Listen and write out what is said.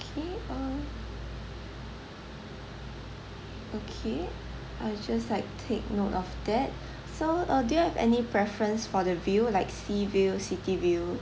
K uh okay I'll just like take note of that so uh do you have any preference for the view like sea view city view